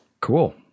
Cool